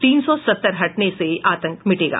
तीन सौ सत्तर हटने से आतंक मिटेगा